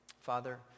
Father